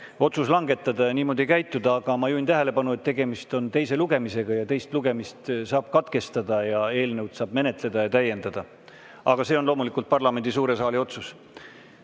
otsus langetada ja niimoodi käituda. Aga ma juhin tähelepanu, et tegemist on teise lugemisega, ja teist lugemist saab katkestada, eelnõu saab menetleda ja täiendada. Aga see on loomulikult parlamendi suure saali otsus.